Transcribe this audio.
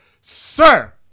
sir